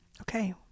okay